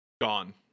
gone